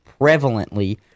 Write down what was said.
prevalently